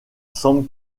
semble